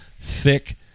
thick